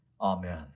Amen